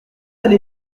aller